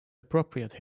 appropriate